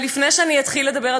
אבל לפני שאני אתחיל לדבר,